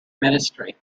ministry